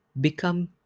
become